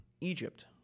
Egypt